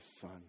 Son